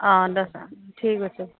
অঁ দহটাত ঠিক আছে